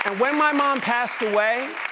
and when my mom passed away,